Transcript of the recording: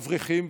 לאברכים?